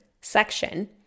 section